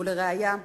ולראיה,